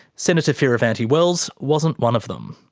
senator fierravanti-wells wasn't one of them.